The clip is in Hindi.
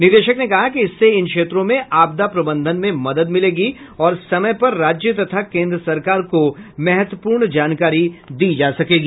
निदेशक ने कहा कि इससे इन क्षेत्रों में आपदा प्रबंधन में मदद मिलेगी और समय पर राज्य तथा केन्द्र सरकार को महत्वपूर्ण जानकारी दी जा सकेगी